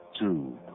two